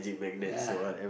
ya